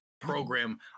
program